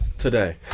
Today